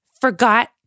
forgot